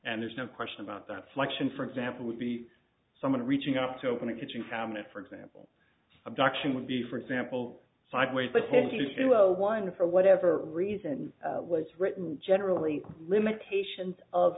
and there's no question about that selection for example would be someone reaching up to open a kitchen cabinet for example abduction would be for example sideways but his usual one for whatever reason was written generally limitations of